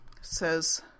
says